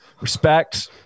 respect